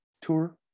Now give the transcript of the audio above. Tour